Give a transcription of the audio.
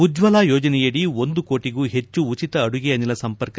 ಉಜ್ಲಲ ಯೋಜನೆಯದಿ ಒಂದು ಕೋಟಿಗೂ ಹೆಚ್ಚು ಉಚಿತ ಅಡುಗೆ ಅನಿಲ ಸಂಪರ್ಕ ಲ